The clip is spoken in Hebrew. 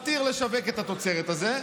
מתיר לשווק את התוצרת הזאת,